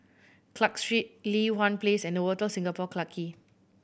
Clarke Street Li Hwan Place and Novotel Singapore Clarke Quay